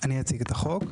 אני אציג את החוק.